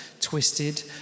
twisted